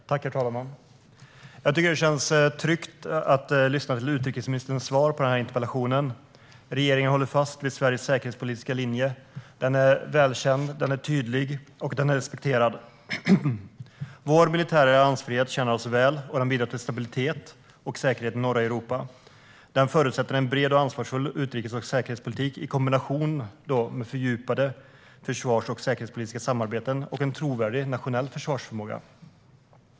Herr talman! Jag tycker att det känns tryggt att lyssna till utrikesministerns svar på den här interpellationen. Regeringen håller fast vid Sveriges säkerhetspolitiska linje. Den är tydlig, välkänd och respekterad. Vår militära alliansfrihet tjänar oss väl, och den bidrar till stabilitet och säkerhet i norra Europa. Den förutsätter en bred och ansvarsfull utrikes och säkerhetspolitik i kombination med fördjupade försvars och säkerhetspolitiska samarbeten och en trovärdig nationell försvarsförmåga.